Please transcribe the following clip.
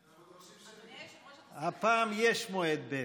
אדוני היושב-ראש, הפעם יש מועד ב'.